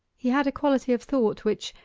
he had a quality of thought which,